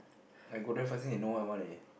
I go there first thing they know what I want eh